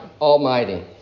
Almighty